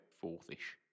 fourth-ish